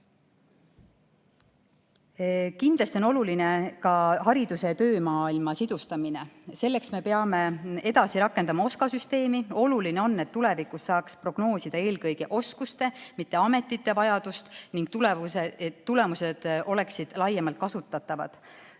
Kindlasti on oluline ka hariduse ja töömaailma sidustamine, selleks me peame edasi rakendama OSKA süsteemi. Oluline on, et tulevikus saaks prognoosida eelkõige oskuste, mitte ametite vajadust, et tulemused oleksid laiemalt kasutatavad.